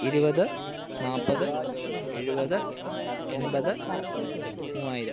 ഇരുപത് നാൽപത് എഴുപത് എൺപത് മൂവായിരം